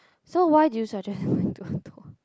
so why do you suggest going to the tour